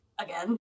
Again